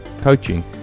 coaching